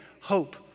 hope